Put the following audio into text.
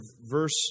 verse